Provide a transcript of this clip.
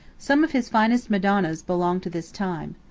some of his finest madonnas belong to this time.